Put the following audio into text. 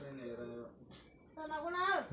ಜಗಾ ಸುಡು ಕ್ರಮ ಯಾವ ಬೆಳಿಗೆ ಸೂಕ್ತ?